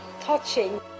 touching